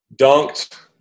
dunked